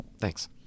Thanks